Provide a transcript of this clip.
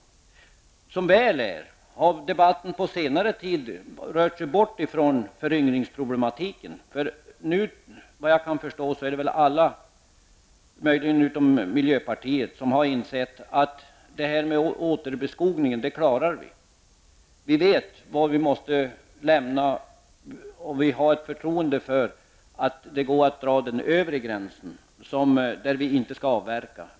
Som väl är har debatten på senare tid rört sig bort från föryngringsproblematiken. Vad jag kan förstå har alla, utom möjligen miljöpartiet, insett att vi klarar återbeskogningen. Vi vet vad vi måste lämna, och vi har förtroende för att det går att dra en övre gräns för var vi inte skall avverka.